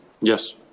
Yes